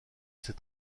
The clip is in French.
ses